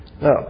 Now